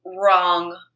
wrong